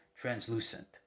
translucent